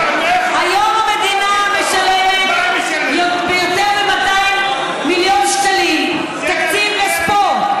היום המדינה משלמת יותר מ-200 מיליון שקלים בתקציב לספורט.